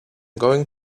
going